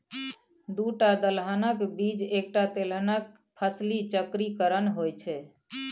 दूटा दलहनक बीच एकटा तेलहन फसली चक्रीकरण होए छै